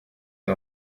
der